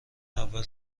اول